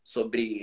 Sobre